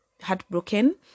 heartbroken